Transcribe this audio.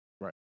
Right